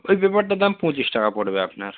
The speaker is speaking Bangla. ওই পেপারটার দাম পঁচিশ টাকা পড়বে আপনার